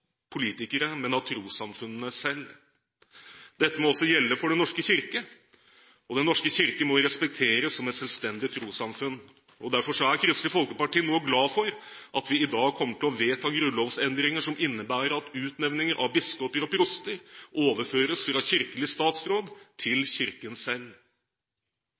politikere, men av trossamfunnene selv. Dette må også gjelde for Den norske kirke. Den norske kirke må respekteres som et selvstendig trossamfunn. Derfor er Kristelig Folkeparti nå glad for at vi i dag kommer til å vedta grunnlovsendringer som innebærer at utnevning av biskoper og proster overføres fra kirkelig statsråd til Kirken selv.